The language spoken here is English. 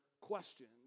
questions